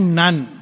none